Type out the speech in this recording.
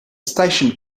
station